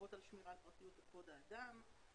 לרבות על שמירת פרטיות וכבוד האדם,